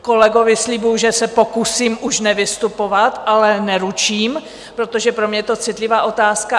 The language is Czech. Kolegovi slibuji, že se pokusím už nevystupovat, ale neručím, protože pro mě to citlivá otázka.